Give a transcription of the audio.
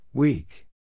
Weak